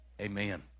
amen